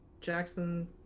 Jackson